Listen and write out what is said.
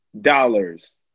dollars